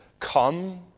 Come